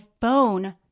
phone